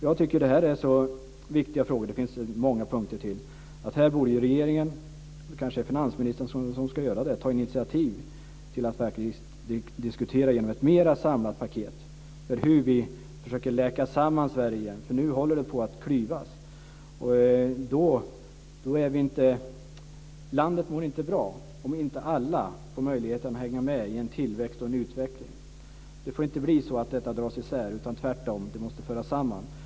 Jag tycker att det här är så viktiga frågor - det finns många punkter till - att regeringen - det kanske är finansministern som ska göra det - borde ta initiativ till att verkligen diskutera, genom ett mer samlat paket, hur vi ska försöka läka samman Sverige igen. Nu håller det på att klyvas. Landet mår inte bra om inte alla får möjlighet att hänga med i en tillväxt och utveckling. Det får inte bli så att detta dras isär. Tvärtom måste det föras samman.